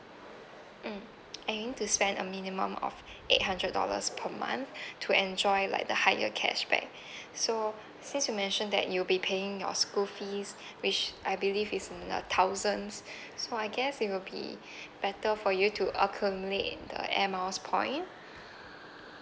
mm and you need to spend a minimum of eight hundred dollars per month to enjoy like the higher cashback so since you mentioned that you'll be paying your school fees which I believe is in a thousands so I guess it will be better for you to accumulate the air miles point